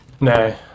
No